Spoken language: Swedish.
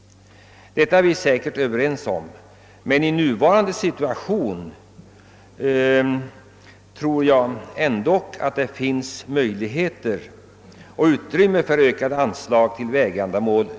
Detta är vi säkerligen överens om. I den nuvarande situationen tror jag dock det vore befogat från arbetsmarknadssynpunkt att ge ökade anslag till vägändamål.